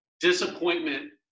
disappointment